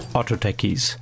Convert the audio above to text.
Autotechies